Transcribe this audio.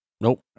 Nope